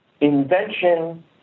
invention